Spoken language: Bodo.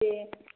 दे